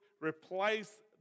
replace